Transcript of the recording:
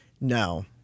No